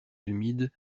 humides